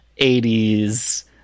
80s